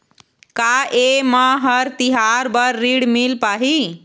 का ये म हर तिहार बर ऋण मिल पाही?